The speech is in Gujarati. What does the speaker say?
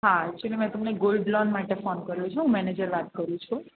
હા એકચુંલી મેં તમને ગોલ્ડ લોન માટે ફોન કર્યો છે હું હું મેનેજર વાત કરું છું